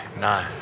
no